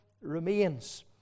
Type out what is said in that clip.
remains